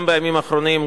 גם בימים האחרונים,